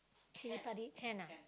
chili-padi can ah